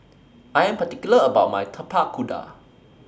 I Am particular about My Tapak Kuda